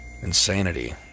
insanity